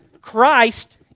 Christ